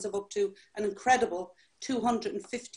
הם רואים רק את הטווח הקרוב